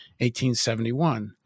1871—